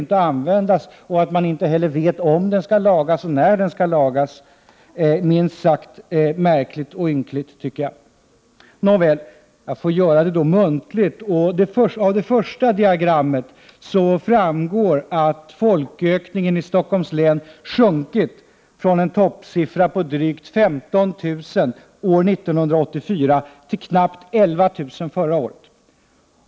Man vet inte heller om och när den skall lagas, vilket jag tycker är minst sagt märkligt och ynkligt. Nåväl, av det första diagrammet framgår det att folkökningen i Stockholms län sjunkit från en toppsiffra på drygt 15 000 år 1984 till knappt 11 000 förra året.